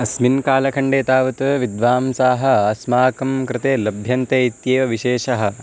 अस्मिन् कालखण्डे तावत् विद्वांसाः अस्माकं कृते लभ्यन्ते इत्येव विशेषः